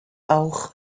auch